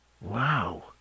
Wow